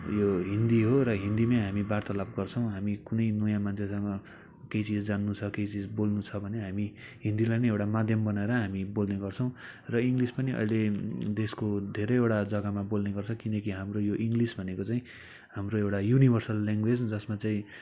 यो हिन्दी हो र हिन्दीमै हामी वार्तालाप गर्छौँ हामी कुनै नयाँ मान्छेसँग केही चिज जान्नु छ केही चिज बोल्नु छ भने हामी हिन्दीलाई नै एउटा माध्यम बनाएर हामी बोल्ने गर्छौँ र इङ्लिस् पनि अहिले देशको धेरैवटा जग्गामा बोल्ने गर्छ किनकि हाम्रो यो इङ्लिस् भनेको चाहिँ हाम्रो एउटा युनिभर्सल ल्याङ्ग्वेज जसमा चाहिँ